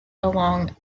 along